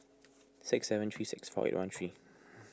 six seven three six four eight one three